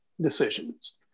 decisions